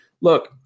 Look